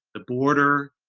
the border,